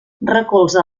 recolza